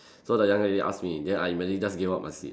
so the young lady ask me then I immediately just gave up my seat